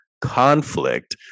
conflict